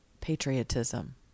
patriotism